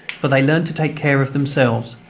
for they learned to take care of themselves.